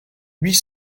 huit